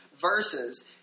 verses